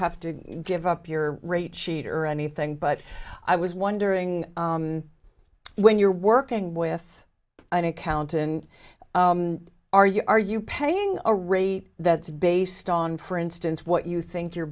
have to give up your rate sheet or anything but i was wondering when you're working with an accountant are you are you paying a really that's based on for instance what you think your